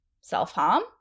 self-harm